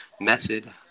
method